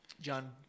John